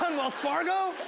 um wells fargo.